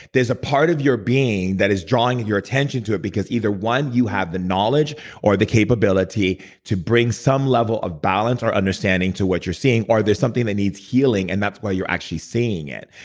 there's a part of your being that is drawing your attention to it, because either, one, you have the knowledge or the capability to bring some level of balance or understanding to what you're seeing, or there's something that needs healing and that's why you're actually seeing it.